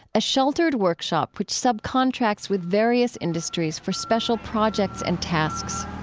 a sheltered workshop which subcontracts with various industries for special projects and tasks